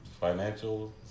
financial